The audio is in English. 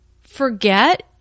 forget